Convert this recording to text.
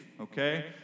okay